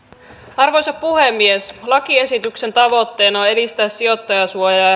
arvoisa puhemies lakiesityksen tavoitteena on edistää sijoittajasuojaa